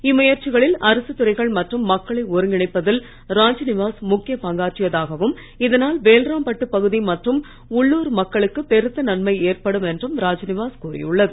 இம் முயற்சிகளில் அரசு துறைகள் மற்றும் மக்களை ஒருங்கிணைப்பதில் ராஜ்நிவாஸ் முக்கிய பங்காற்றியதாகவும் இதனால் வேல்ராம் பகுதி மற்றும் உள்ளுர் மக்களுக்கு பெருத்த நன்மை ஏற்படும் என்றும் ராஜ்நிவாஸ் கூறியுள்ளது